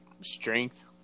strength